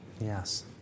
Yes